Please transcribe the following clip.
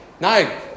No